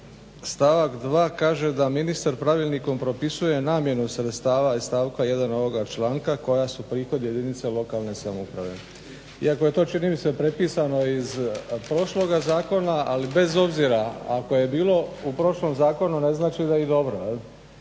stavak 2. kaže da ministar pravilnikom propisuje namjenu sredstava iz stavka 1. ovoga članka koja su prihod jedinice lokalne samouprave, iako je to čini mi se prepisano iz prošloga zakona. Ali bez obzira ako je bilo u prošlom zakonu, ne znači da je i dobro.